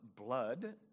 blood